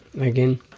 again